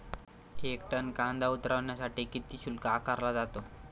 एक टन कांदा उतरवण्यासाठी किती शुल्क आकारला जातो?